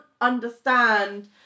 understand